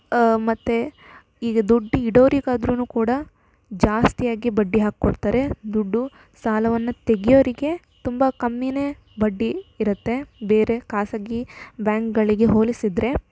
ಮತ್ತು ಈಗ ದುಡ್ಡು ಇಡೋರಿಗಾದ್ರೂ ಕೂಡ ಜಾಸ್ತಿಯಾಗಿ ಬಡ್ಡಿ ಹಾಕಿಕೊಡ್ತಾರೆ ದುಡ್ಡು ಸಾಲವನ್ನು ತೆಗಿಯೋರಿಗೆ ತುಂಬ ಕಮ್ಮಿಯೇ ಬಡ್ಡಿ ಇರುತ್ತೆ ಬೇರೆ ಖಾಸಗಿ ಬ್ಯಾಂಕ್ಗಳಿಗೆ ಹೋಲಿಸಿದರೆ